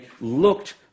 looked